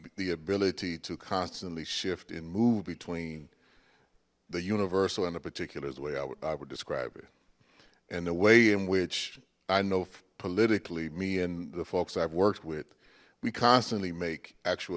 the ability to constantly shift and move between the universal and a particular way i would i would describe it and the way in which i know politically me and the folks i've worked with we constantly make actual